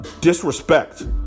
disrespect